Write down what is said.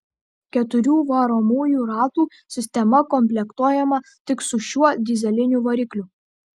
keturių varomųjų ratų sistema komplektuojama tik su šiuo dyzeliniu varikliu